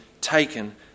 taken